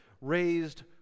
raised